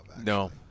no